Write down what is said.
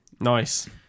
Nice